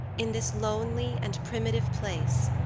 in this lonely and primitive place,